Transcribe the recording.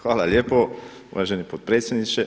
Hvala lijepa, uvaženi potpredsjedniče.